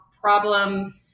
problem-